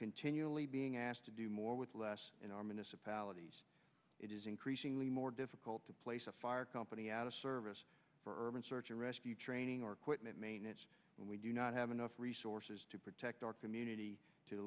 continually being asked to do more with less in our municipal it is increasingly more difficult to place a fire company out of service for urban search and rescue training or equipment maintenance than we do not have enough resources to protect our community t